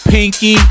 Pinky